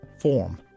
form